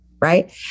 Right